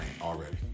already